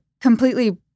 completely